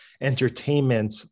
entertainment